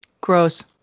Gross